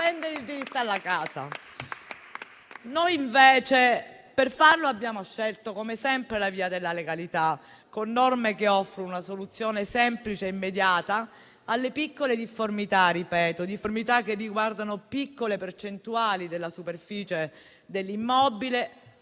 difendere il diritto alla casa. Noi, invece, per farlo abbiamo scelto, come sempre, la via della legalità, con norme che offrono una soluzione semplice e immediata alle piccole difformità, che riguardano piccole percentuali della superficie dell'immobile